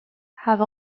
have